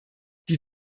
die